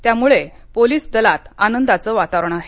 त्यामुळे पोलिस दलात आनंदाचं वातावरण आहे